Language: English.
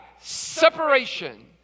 Separation